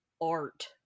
art